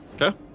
Okay